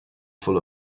full